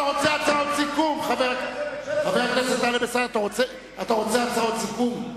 חבר הכנסת טלב אלסאנע, אתה רוצה הצעות סיכום?